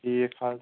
ٹھیٖک حظ